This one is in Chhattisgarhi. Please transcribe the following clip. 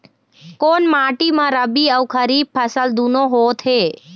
कोन माटी म रबी अऊ खरीफ फसल दूनों होत हे?